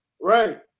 right